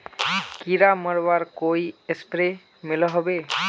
कीड़ा मरवार कोई स्प्रे मिलोहो होबे?